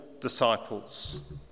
disciples